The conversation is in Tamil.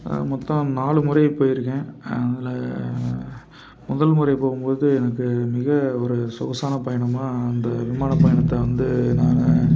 மொத்தம் நாலுமுறை போயிருக்கேன் அதில் முதல் முறை போகும்போது எனக்கு மிக ஒரு சொகுசான பயணமாக அந்த விமான பயணத்தை வந்து நான்